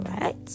right